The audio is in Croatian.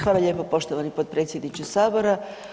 Hvala lijepo poštovani potpredsjedniče Sabora.